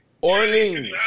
Orleans